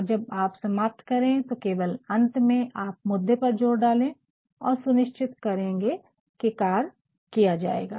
और जब आप समाप्त करे तो केवल अंत में आप मुद्दे पर ज़ोर डाले और सुनिचित करेंगे की कार्य किया जायेगा